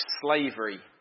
slavery